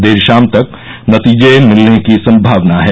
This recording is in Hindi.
देर शाम तक नतीजे मिलने की संभावना है